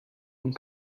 and